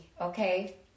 okay